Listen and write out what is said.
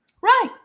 Right